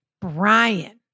Brian